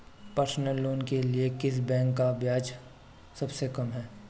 Personal loan के लिए किस बैंक का ब्याज सबसे कम है?